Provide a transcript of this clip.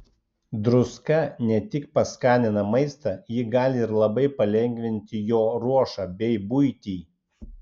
druska ne tik paskanina maistą ji gali ir labai palengvinti jo ruošą bei buitį